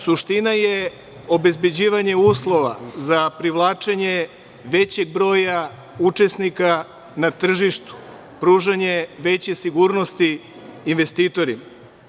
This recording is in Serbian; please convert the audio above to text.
Suština je obezbeđivanje uslova za privlačenje većeg broja učesnika na tržištu, pružanje veće sigurnosti investitorima.